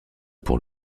pour